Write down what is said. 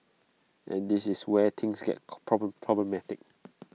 and this is where things get problem problematic